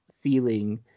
feeling